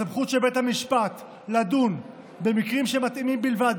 הסמכות של בית המשפט לדון במקרים שמתאימים בלבד,